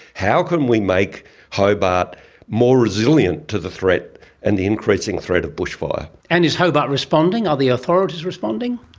how can we make hobart more resilient to the threat and the increasing threat of bushfire? and is hobart responding, are the authorities responding?